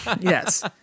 yes